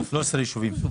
ישובים.